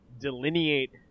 delineate